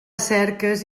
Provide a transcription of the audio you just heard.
cerques